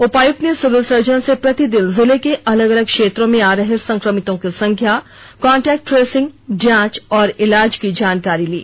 उपायुक्त ने civil surgeon से प्रतिदिन जिले के अलग अलग क्षेत्रों में आ रहे संक्रमितों की संख्या कॉन्टेक्ट ट्रेसिंग जांच और इलाज की जानकारी ली